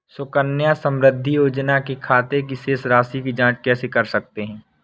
सुकन्या समृद्धि योजना के खाते की शेष राशि की जाँच कैसे कर सकते हैं?